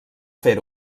fer